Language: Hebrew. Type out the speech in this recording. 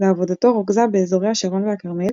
ועבודתו רוכזה באזורי השרון והכרמל,